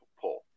pull